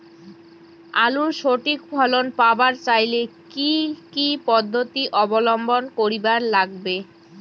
আলুর সঠিক ফলন পাবার চাইলে কি কি পদ্ধতি অবলম্বন করিবার লাগবে?